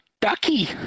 Ducky